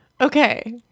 okay